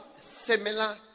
similar